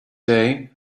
day